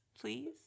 please